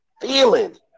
feeling